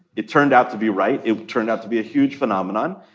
it turned out to be right. it turned out to be a huge phenomenon.